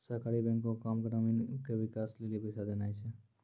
सहकारी बैंको के काम ग्रामीणो के विकास के लेली पैसा देनाय छै